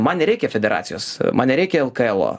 man nereikia federacijos man nereikia lklo